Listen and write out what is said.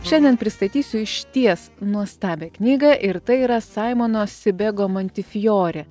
šiandien pristatysiu išties nuostabią knygą ir tai yra saimono sibego mantifijorė